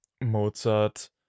mozart